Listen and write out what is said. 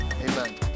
amen